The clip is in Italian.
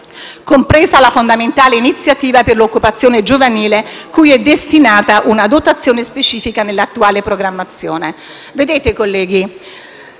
compresa la fondamentale iniziativa per l'occupazione giovanile cui è destinata una dotazione specifica nell'attuale programmazione. Colleghi,